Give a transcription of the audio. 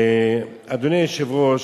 אדוני היושב-ראש,